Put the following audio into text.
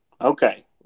okay